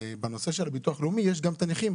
בנושא של הביטוח לאומי יש גם את הנכים,